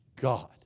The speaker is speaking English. God